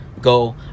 go